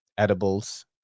edibles